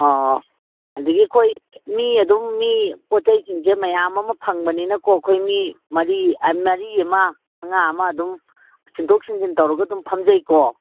ꯑꯧ ꯑꯗꯒꯤ ꯑꯩꯈꯣꯏ ꯃꯤ ꯑꯗꯨꯝ ꯃꯤ ꯄꯣꯠ ꯆꯩꯁꯤꯡꯁꯦ ꯃꯌꯥꯝ ꯑꯃ ꯐꯪꯕꯅꯤꯅꯀꯣ ꯑꯩꯈꯣꯏ ꯃꯤ ꯃꯔꯤ ꯃꯔꯤ ꯑꯃ ꯃꯉꯥ ꯑꯃ ꯑꯗꯨꯝ ꯁꯤꯟꯗꯣꯛ ꯁꯤꯟꯖꯤꯟ ꯇꯧꯔꯒ ꯑꯗꯨꯝ ꯐꯝꯖꯩꯀꯣ